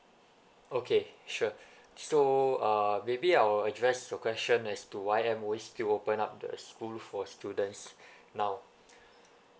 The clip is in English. okay sure so uh maybe I will address your question as to why M_O_E still open up the school for students now